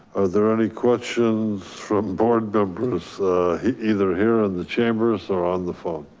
are there any questions from board members either here on the chambers or on the phone?